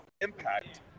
impact